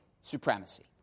supremacy